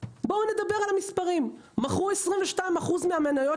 בואו נדבר על המספרים: מכרו 22% מהמניות